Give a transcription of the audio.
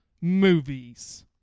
movies